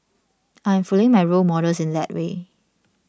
I'm following my role models in that way